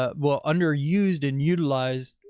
ah well, underused and utilized,